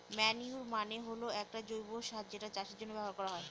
manure মানে হল এক জৈব সার যেটা চাষের জন্য ব্যবহার করা হয়